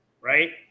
right